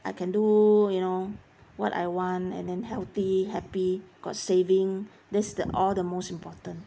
I can do you know what I want and then healthy happy got saving this the all the most important